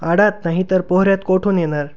आडात नाही तर पोहऱ्यात कोठून येणार